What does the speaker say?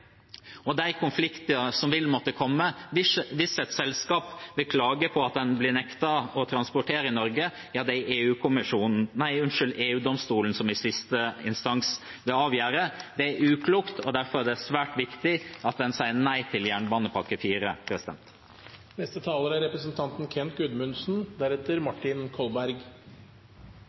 Og de konfliktene som vil måtte komme hvis et selskap vil klage på at det blir nektet å transportere i Norge, er det EU-domstolen som i siste instans vil avgjøre. Det er uklokt, og derfor er det svært viktig at en sier nei til jernbanepakke IV. Noen av de sentrale temaene i regjeringens strategi for samarbeidet med EU er